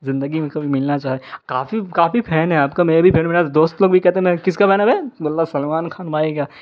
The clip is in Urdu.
زندگی میں کبھی ملنا چاہے کافی کافی پھین ہے آپ کا میں بھی پھین میرا دوست لوگ بھی کہتے ہیں نا کہ کس کا پھین ہے بے بولا سلمان خان بھائی کا